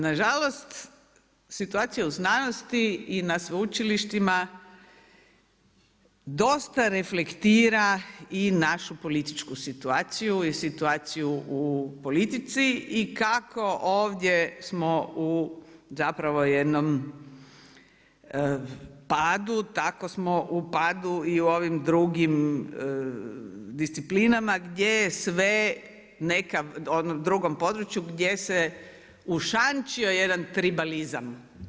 Na žalost situacija u znanosti i na sveučilištima dosta reflektira i našu političku situaciju i situaciju u politici i kako ovdje smo u zapravo jednom padu tako smo u padu i u ovim drugim disciplinama gdje sve na nekom drugom području, gdje se ušančio jedan tribalizam.